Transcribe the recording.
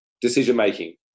decision-making